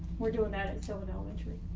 we're doing that at sylvan elementary.